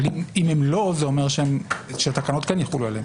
אבל אם הם לא זה אומר שהתקנות כן יחולו עליהם.